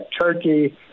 turkey